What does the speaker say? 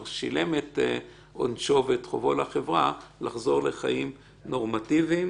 שילם את עונשו ואת חובו לחברה לחזור לחיים נורמטיביים.